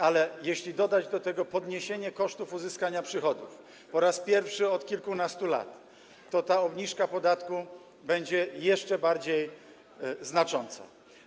Ale jeśli dodać do tego podniesienie kosztów uzyskania przychodów, dokonane po raz pierwszy od kilkunastu lat, to ta obniżka podatku będzie jeszcze bardziej znacząca.